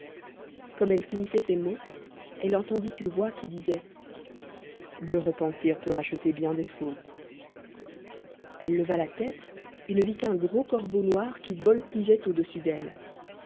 comme elle finissait ces mots elle entendit une voix qui disait le repentir peut racheter bien des fautes elle leva la tête et ne vit qu'un gros corbeau noir qui voltigeait au-dessus d'elle